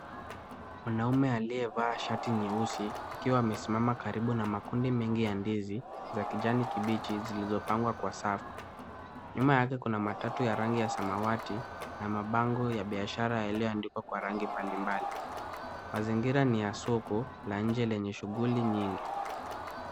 Mwanaume aliyevaa shati nyeusi akiwa amesimama karibu na makundi mengi ya ndizi za kijani kibichi zilizopangwa kwa safu. Nyuma yake kuna matatu ya rangi ya samawati na mabango ya biashara yaliyoandikwa kwa rangi mbalimbali. Mazingira ni ya soko la nje lenye shughuli nyingi.